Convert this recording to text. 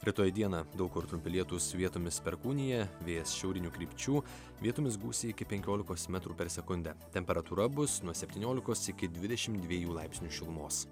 rytoj dieną daug kur trumpi lietūs vietomis perkūnija vėjas šiaurinių krypčių vietomis gūsiai iki penkiolikos metrų per sekundę temperatūra bus nuo septyniolikos iki dvidešim diviejų laipsnių šilumos